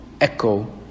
echo